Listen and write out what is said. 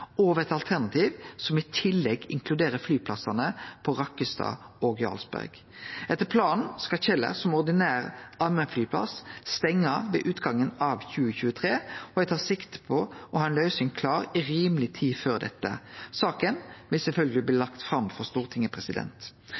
eit alternativ som i tillegg inkluderer flyplassane på Rakkestad og Jarlsberg. Etter planen skal Kjeller som ordinær allmennflyplass stengje ved utgangen av 2023, og eg tar sikte på å ha ei løysing klar i rimeleg tid før dette. Saka vil sjølvsagt bli lagd fram for Stortinget.